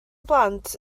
blant